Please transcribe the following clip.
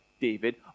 David